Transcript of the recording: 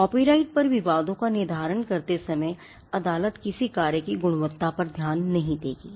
copyright पर विवादों का निर्धारण करते समय अदालत किसी कार्य की गुणवत्ता पर ध्यान नहीं देगी